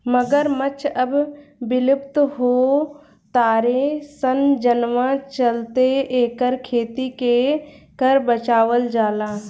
मगरमच्छ अब विलुप्त हो तारे सन जवना चलते एकर खेती के कर बचावल जाता